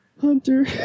Hunter